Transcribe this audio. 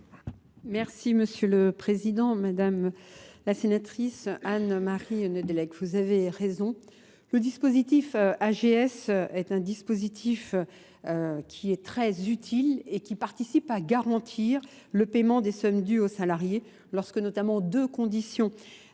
Merci Monsieur le Président, Madame la Sénatrice Anne-Marie Nedelek, vous avez raison. Le dispositif AGS est un dispositif qui est très utile et qui participe à garantir le paiement des sommes dues aux salariés lorsque notamment deux conditions sont réunies.